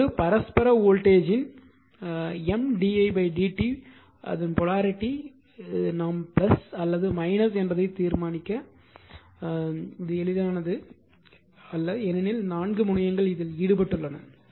இப்போது பரஸ்பர வோல்டேஜ் ன் M di dt போலாரிட்டி நாம் அல்லது என்பதை தீர்மானிக்க எளிதானது அல்ல ஏனெனில் நான்கு முனையங்கள் இதில் ஈடுபட்டுள்ளன